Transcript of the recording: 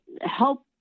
help